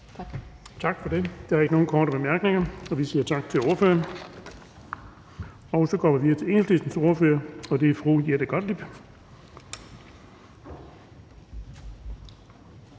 Tak for det. Der er ikke nogen korte bemærkninger. Vi siger tak til ordføreren og går videre til Enhedslistens ordfører, og det er fru Jette Gottlieb.